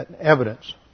evidence